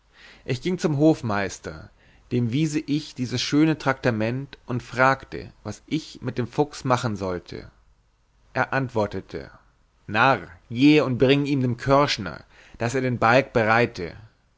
ich gieng zum hofmeister dem wiese ich dieses schöne traktament und fragte was ich mit dem fuchs machen sollte er antwortete narr gehe und bring ihn dem körschner daß er den balg bereite